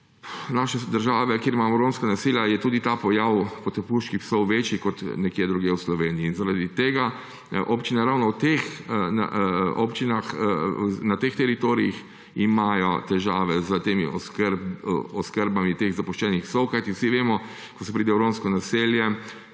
naše države, kjer imamo romska naselja, je tudi ta pojav potepuških psov večji kot nekje drugje v Sloveniji. In zaradi tega imajo občine ravno na teh teritorijih težave s temi oskrbami teh zapuščenih psov. Kajti vsi vemo, ko se pride v romsko naselje,